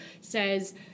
Says